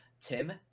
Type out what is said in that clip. tim